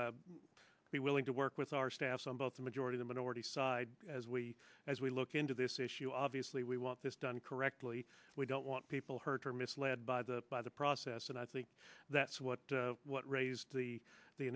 you be willing to work with our staffs on both the majority the minority side as we as we look into this issue obviously we want this done correctly we don't want people hurt or misled by the by the process and i think that's what what raised the the